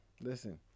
listen